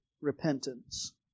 repentance